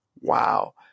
wow